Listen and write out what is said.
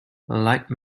like